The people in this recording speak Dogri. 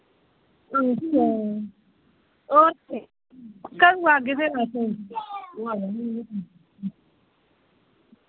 अच्छा और केह् कदूं औगे फिर तुस